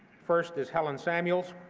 first is helen samuels,